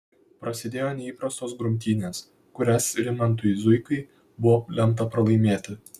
prasidėjo neįprastos grumtynės kurias rimantui zuikai buvo lemta pralaimėti